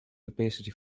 capacity